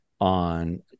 on